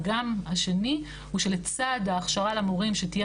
האג"ם השני הוא שלצד ההכשרה למורים שתהיה